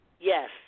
Yes